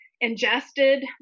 ingested